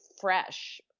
fresh